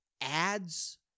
ads